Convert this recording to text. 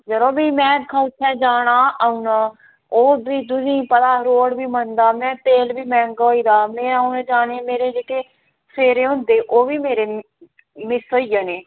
जरो भी में दिक्खां उत्थै जाना औना ओह् भी तुसें ई पता रोड़ बी मंदा में तेल बी मैंह्गा होई दा में औेने जाने ई मेरे जेह्के फेरे होंदे ओह् बी मेरे मिस होई जाने